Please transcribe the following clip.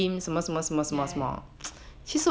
ya ya ya